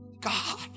God